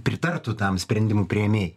pritartų tam sprendimų priėmėjai